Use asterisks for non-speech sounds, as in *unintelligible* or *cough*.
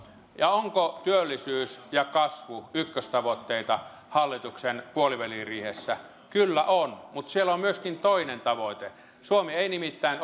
ovatko työllisyys ja kasvu ykköstavoitteita hallituksen puoliväliriihessä kyllä ovat mutta siellä on myöskin toinen tavoite suomi ei nimittäin *unintelligible*